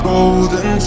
Golden